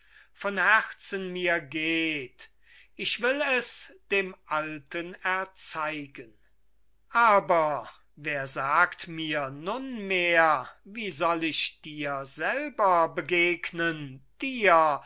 von herzen mir geht ich will es dem alten erzeigen aber wer sagt mir nunmehr wie soll ich dir selber begegnen dir